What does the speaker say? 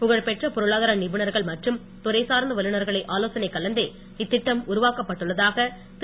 புகழ்பெற்ற பொருளாதார நிபுணர்கள் மற்றும் துறைசார்ந்த வல்லுநர்களை ஆலோசனை கலந்தே இத்திட்டம் உருவாக்கப்பட்டுள்ளதாக திரு